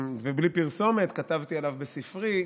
ובלי פרסומת, כתבתי עליו בספרי,